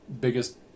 biggest